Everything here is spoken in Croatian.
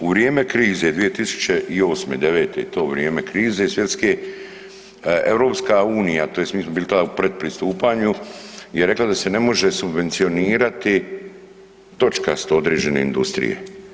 U vrijeme krize 2008.-'09., u to vrijeme krize svjetske EU tj. mi smo bili tada u pred pristupanju je rekla da se ne može subvencionirati točkasto određene industrije.